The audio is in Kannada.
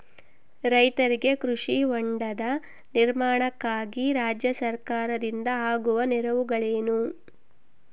ರೈತರಿಗೆ ಕೃಷಿ ಹೊಂಡದ ನಿರ್ಮಾಣಕ್ಕಾಗಿ ರಾಜ್ಯ ಸರ್ಕಾರದಿಂದ ಆಗುವ ನೆರವುಗಳೇನು?